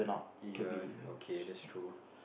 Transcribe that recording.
ya okay that's true